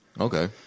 Okay